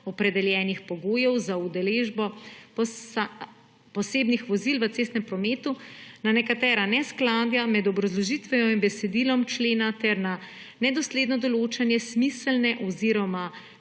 opredeljenih pogojev za udeležbo posebnih vozil v cestnem prometu, na nekatera neskladja med obrazložitvijo in besedilom člena ter na nedosledno določanje smiselne oziroma